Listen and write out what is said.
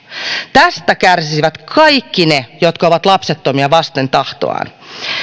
tästä kärsisivät kaikki ne jotka ovat lapsettomia vasten tahtoaan